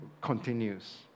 continues